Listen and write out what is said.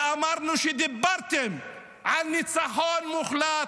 אמרנו, כשדיברתם על ניצחון מוחלט,